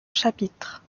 chapitres